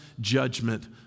judgment